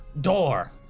door